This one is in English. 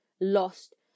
lost